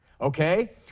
okay